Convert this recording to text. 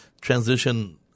transition